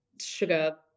sugar